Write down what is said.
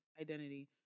identity